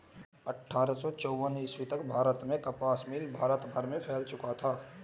अट्ठारह सौ चौवन ईस्वी तक भारत में कपास मिल भारत भर में फैल चुका था